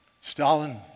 Stalin